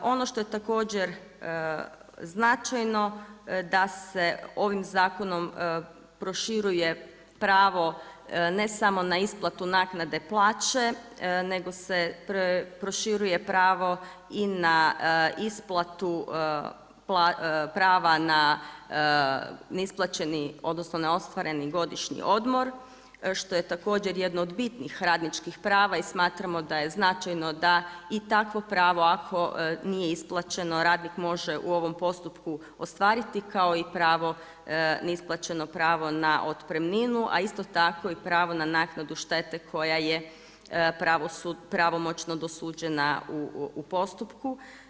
Ono što je također značajno da se ovim zakonom proširuje pravo ne samo na isplatu naknade plaće nego se proširuje pravo i na isplatu prava na neisplaćeni, odnosno neostvareni godišnji odmor što je također jedno od bitnih radničkih prava i smatramo da je značajno da i takvo pravo ako nije isplaćeno radnik može u ovom postupku ostvariti kao i pravo neisplaćeno pravo na otpremninu a isto tako i pravo na naknadu štete koja je pravomoćno dosuđena u postupku.